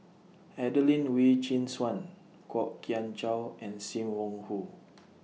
Adelene Wee Chin Suan Kwok Kian Chow and SIM Wong Hoo